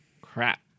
crap